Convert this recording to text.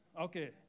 Okay